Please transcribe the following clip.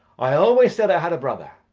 i always said i had a brother!